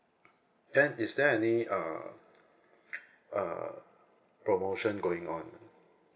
then is there any err err promotion going on